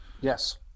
yes